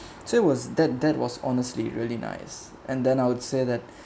so it was that that was honestly really nice and then I would say that